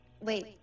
wait